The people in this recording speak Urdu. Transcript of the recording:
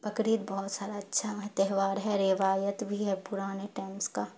بقرید بہت سارا اچھا تہوار ہے روایت بھی ہے پرانے ٹائمس کا